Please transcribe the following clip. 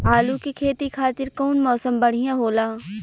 आलू के खेती खातिर कउन मौसम बढ़ियां होला?